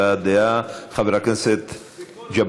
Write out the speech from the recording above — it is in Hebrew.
הבעת דעה של חבר הכנסת ג'בארין.